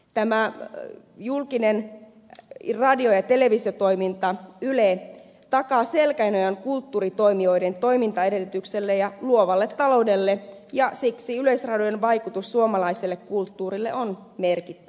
tämä julkinen radio ja televisiotoiminta yle takaa selkänojan kulttuuritoimijoiden toimintaedellytyksille ja luovalle taloudelle ja siksi yleisradion vaikutus suomalaiseen kulttuuriin on merkittävä